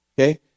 Okay